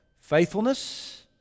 Faithfulness